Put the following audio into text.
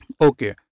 Okay